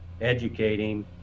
educating